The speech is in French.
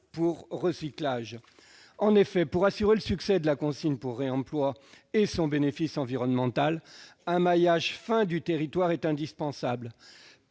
pour recyclage. En effet, pour assurer le succès de la consigne pour réemploi et son bénéfice environnemental, un maillage fin du territoire est indispensable